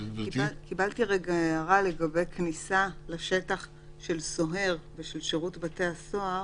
קיבלתי כרגע הערה לגבי כניסה לשטח של סוהר ושל שירות בתי הסוהר.